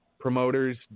promoters